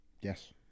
Yes